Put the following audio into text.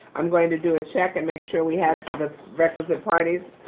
i'm going to do a check and make sure we have the requisite parties.